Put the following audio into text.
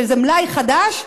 שזה מלאי חדש,